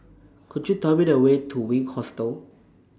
Could YOU Tell Me The Way to Wink Hostel